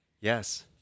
Yes